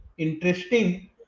interesting